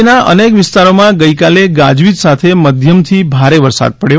રાજ્યના અનેક વિસ્તારોમાં ગઈકાલે ગાજવીજ સાથે મધ્યમથી ભારે વરસાદ પડ્યો